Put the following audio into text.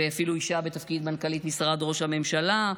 ואפילו אישה בתפקיד מנכ"לית משרד ראש הממשלה,